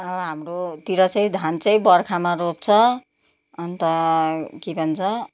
हाम्रोतिर चाहिँ धान चाहिँ बर्खामा रोप्छ अन्त के भन्छ